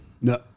No